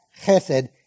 chesed